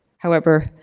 however,